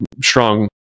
strong